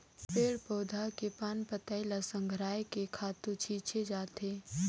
पेड़ पउधा के पान पतई ल संघरायके खातू छिछे जाथे